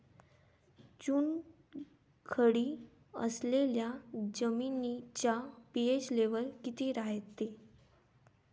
चुनखडी असलेल्या जमिनीचा पी.एच लेव्हल किती रायते?